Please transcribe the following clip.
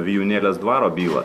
vijūnėlės dvaro bylą